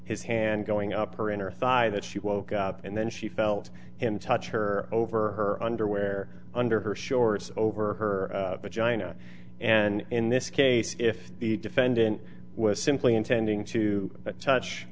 his hand going up her inner thigh that she woke up and then she felt him touch her over her underwear under her shorts over her vagina and in this case if the defendant was simply intending to such